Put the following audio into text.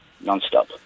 non-stop